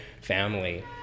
family